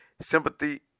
sympathy